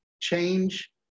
change